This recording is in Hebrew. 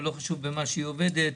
לא חשוב במה היא עובדת,